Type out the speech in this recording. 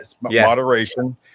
moderation